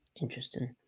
Interesting